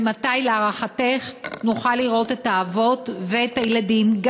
ומתי להערכתך נוכל לראות את האבות ואת הילדים,